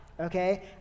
okay